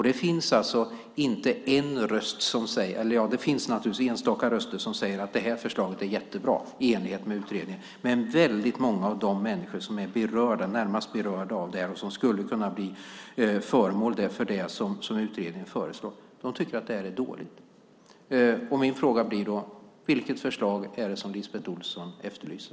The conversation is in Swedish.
Det finns naturligtvis enstaka röster som säger att utredningens förslag är jättebra, men väldigt många av de människor som är närmast berörda och som skulle kunna bli föremål för det som utredningen föreslår tycker att det är dåligt. Min fråga blir då: Vilket förslag är det som LiseLotte Olsson efterlyser?